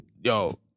yo